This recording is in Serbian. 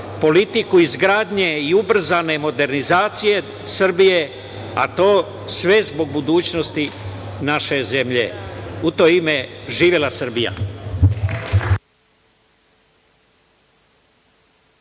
politiku izgradnje i ubrzane modernizacije Srbije, a to sve zbog budućnosti naše zemlje. U to ime živela Srbija!